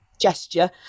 gesture